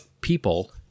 people